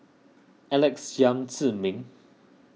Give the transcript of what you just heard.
Alex Yam Ziming